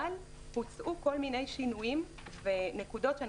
אבל בוצעו כל מיני שינויים ונקודות שאני